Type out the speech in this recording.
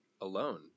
alone